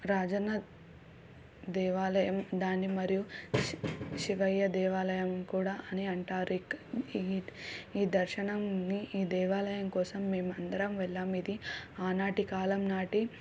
రాజన్న దేవాలయం దాని మరియు శివయ్య దేవాలయం కూడా అని అంటారు ఇక ఈ ఈ దర్శనాన్ని ఈ దేవాలయం కోసం మేము అందరం వెళ్ళాము ఇది ఆనాటి కాలం నాటి